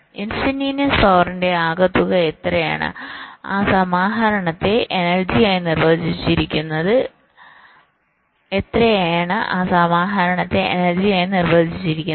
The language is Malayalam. ഇൻസ്റ്റന്റിനിയസ് പവറിന്റെ ആകെത്തുക എത്രയാണ് ആ സമാഹരണത്തെ എനർജി ആയി നിർവചിച്ചിരിക്കുന്നത്